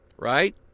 Right